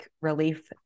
relief